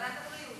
ועדת הבריאות.